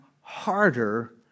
harder